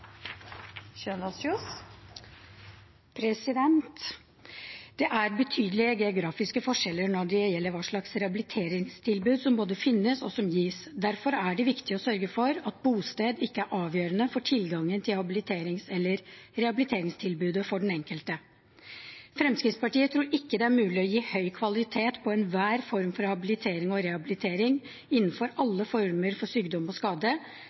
betydelige geografiske forskjeller når det gjelder hva slags rehabiliteringstilbud som finnes og som gis. Derfor er det viktig å sørge for at bosted ikke er avgjørende for tilgangen til habiliterings- eller rehabiliteringstilbudet for den enkelte. Fremskrittspartiet tror ikke det er mulig å gi høy kvalitet på enhver form for habilitering og rehabilitering, innenfor alle former for sykdom og skade,